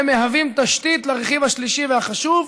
מהווים תשתית לרכיב השלישי והחשוב,